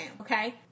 okay